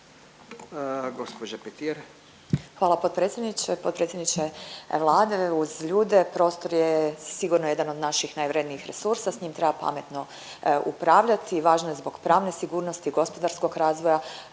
Hvala potpredsjedniče. Potpredsjedniče Vlade, uz ljude prostor je sigurno jedan od naših najvrjednijih resursa, s njim treba pametno upravljati, važno je zbog pravne sigurnosti i gospodarskog razvoja